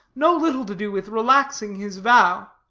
no little to do with relaxing his vow.